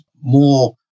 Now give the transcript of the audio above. more